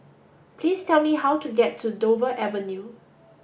please tell me how to get to Dover Avenue